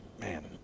man